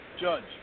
Judge